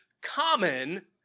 common